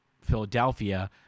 Philadelphia